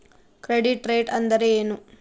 Credit rate ಅಂದರೆ ಏನು?